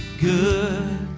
good